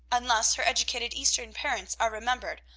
unless her educated eastern parents are remembered,